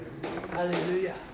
Hallelujah